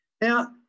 Now